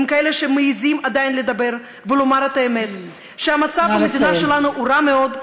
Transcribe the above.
בכאלה שמעזים עדיין לדבר ולומר את האמת: שהמצב במדינה שלנו הוא רע מאוד,